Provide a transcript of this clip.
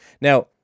Now